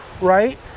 right